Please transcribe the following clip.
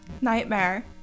Nightmare